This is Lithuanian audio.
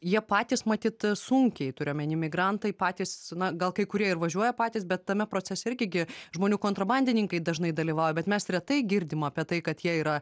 jie patys matyt sunkiai turiu omeny migrantai patys na gal kai kurie ir važiuoja patys bet tame procese irgi gi žmonių kontrabandininkai dažnai dalyvauja bet mes retai girdim apie tai kad jie yra